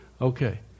Okay